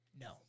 No